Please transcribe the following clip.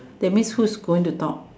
that means who is going to talk